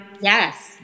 Yes